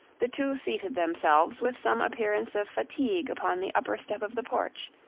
the two seated themselves with some appearance of fatigue upon the upper step of the porch,